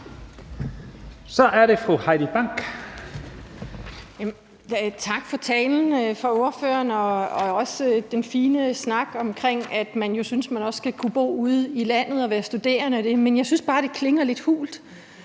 Kl. 18:04 Heidi Bank (V): Tak for talen fra ordføreren, også for den fine snak om, at man jo synes, at man også skal kunne bo ude i landet og være studerende. Men jeg synes bare, det klinger lidt hult.